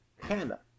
Canada